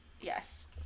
Yes